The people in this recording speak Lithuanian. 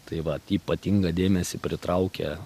taip vat ypatingą dėmesį pritraukia